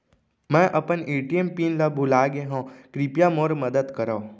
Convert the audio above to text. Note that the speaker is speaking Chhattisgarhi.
मै अपन ए.टी.एम पिन ला भूलागे हव, कृपया मोर मदद करव